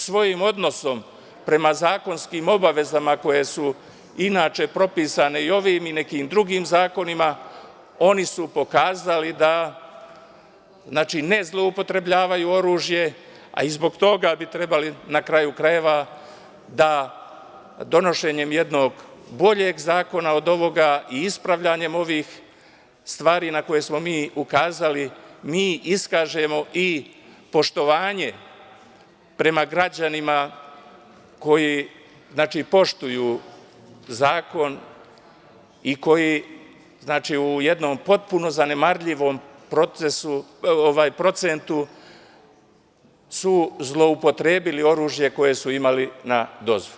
Svojim odnosom prema zakonskim obavezama koje su inače propisane i ovim i nekim drugim zakonima oni su pokazali da ne zloupotrebljavaju oružje, a i zbog toga bi trebali, na kraju krajeva, da donošenjem jednog boljeg zakona od ovoga i ispravljanjem ovih stvari na koje smo mi ukazali, mi iskažemo i poštovanje prema građanima koji poštuju zakon i koji u jednom potpuno zanemarljivom procentu su zloupotrebili oružje koje su imali na dozvolu.